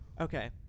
Okay